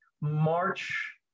March